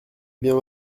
bien